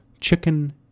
Chicken